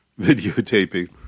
videotaping